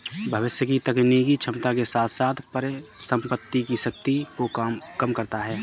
भविष्य की तकनीकी क्षमता के साथ साथ परिसंपत्ति की शक्ति को कम करता है